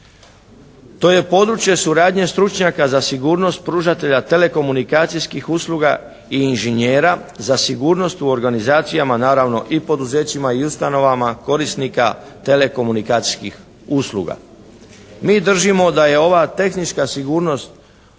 To je područje suradnje stručnjaka za sigurnost pružatelja telekomunikacijskih usluga i inžinjera za sigurnost u organizacijama naravno i poduzećima i ustanovama korisnika telekomunikacijskih usluga. Mi držimo da je ova tehnička sigurnost